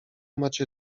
macie